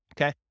okay